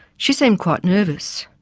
she seemed quite nervous.